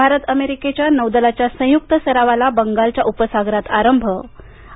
भारत अमेरिकेच्या नौदलाच्या संयुक्त सरावाला बंगालच्या उपसागरात आरंभ आणि